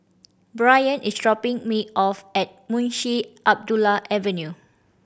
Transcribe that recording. Bryan is dropping me off at Munshi Abdullah Avenue